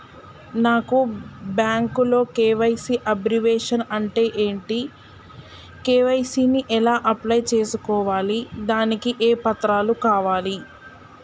నాకు బ్యాంకులో KYC abbreviation అంటే ఏంటి కే.వై.సీ ని ఎలా అప్లై చేసుకోవాలి దానికి ఏ పత్రాలు కావాలి?